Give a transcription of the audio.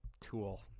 tool